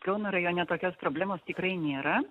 kauno rajone tokios problemos tikrai nėra